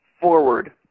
forward